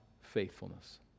faithfulness